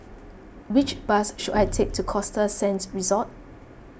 which bus should I take to Costa Sands Resort